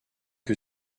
que